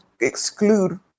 exclude